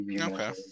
Okay